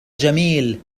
جميل